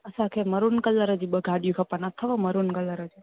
असांखे maroon colour ॼी ॿ ॻाॾियूं खपनि अथव मरून कलर